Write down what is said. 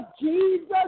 Jesus